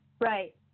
Right